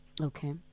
Okay